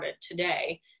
today